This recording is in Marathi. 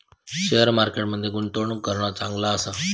शेअर मार्केट मध्ये गुंतवणूक करणा चांगला आसा